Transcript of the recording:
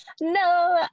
No